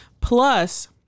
Plus